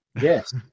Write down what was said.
Yes